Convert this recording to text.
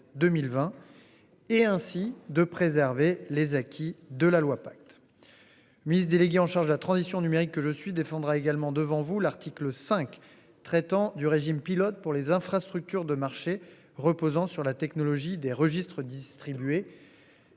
Et ainsi de préserver les acquis de la loi pacte. Ministre délégué en charge de la transition numérique. Je suis défendra également devant vous. L'article 5, traitant du régime pilote pour les infrastructures de marché reposant sur la technologie des registres distribués.